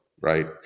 right